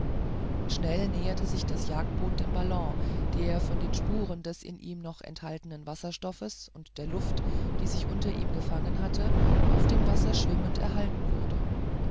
schnell näherte sich das jagdboot dem ballon der von den spuren des in ihm noch enthaltenen wasserstoffes und der luft die sich unter ihm verfangen hatte auf dem wasser schwimmend erhalten wurde